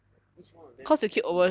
like each one of them exceed